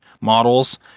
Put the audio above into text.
models